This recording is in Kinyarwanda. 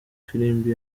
ifirimbi